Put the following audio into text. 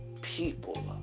people